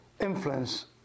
influence